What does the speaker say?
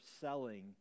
selling